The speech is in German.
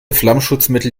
flammschutzmittel